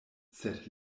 sed